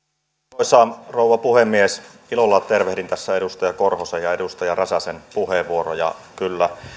arvoisa rouva puhemies ilolla tervehdin tässä edustaja korhosen ja edustaja räsäsen puheenvuoroja kyllä